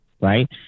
right